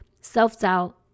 self-doubt